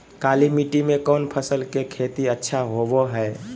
काली मिट्टी में कौन फसल के खेती अच्छा होबो है?